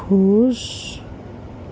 خوش